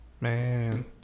Man